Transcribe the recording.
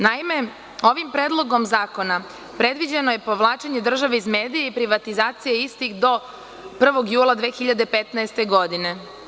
Naime, ovim predlogom zakona predviđeno je povlačenje države iz medija i privatizacija istih do 1. jula 2015. godine.